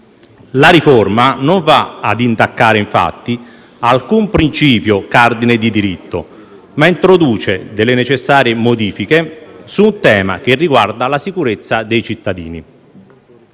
La riforma non va infatti a intaccare alcun principio cardine di diritto, ma introduce delle necessarie modifiche su un tema che riguarda la sicurezza dei cittadini.